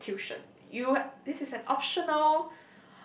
this is tuition you this is an optional